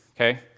okay